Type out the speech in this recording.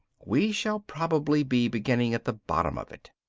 we shall probably be beginning at the bottom of it.